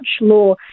law